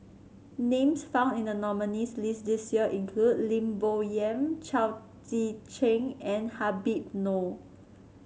names found in the nominees' list this year include Lim Bo Yam Chao Tzee Cheng and Habib Noh